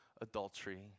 adultery